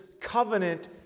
covenant